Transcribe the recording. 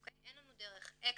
אין לנו דרך אקסטרה,